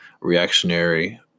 reactionary